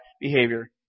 behavior